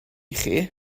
chi